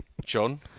John